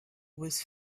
was